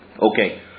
Okay